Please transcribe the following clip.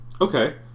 Okay